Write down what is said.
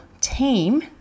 team